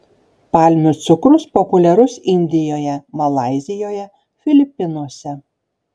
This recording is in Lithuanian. palmių cukrus populiarus indijoje malaizijoje filipinuose